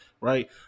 right